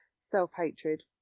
self-hatred